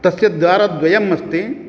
तस्य द्वारद्वयम् अस्ति